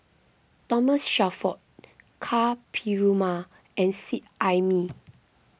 Thomas Shelford Ka Perumal and Seet Ai Mee